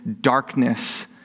darkness